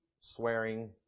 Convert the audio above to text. swearing